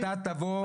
ואתה תבוא?